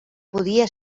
podia